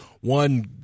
one